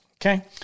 okay